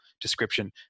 description